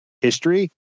history